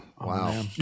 Wow